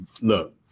look